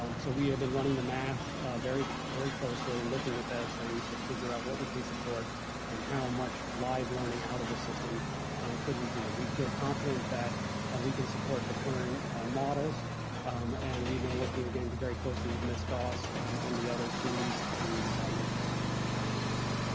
um so we have been running the math very very closely and looking at those things to figure out what we can support and how much live learning out of the system um could we do. we feel confident that we can support the current models and we've been working again very closely with miss goss and the other teams to make these determinations.